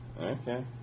Okay